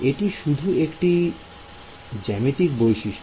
এটি শুধু একটি জ্যামিতিক বৈশিষ্ট্য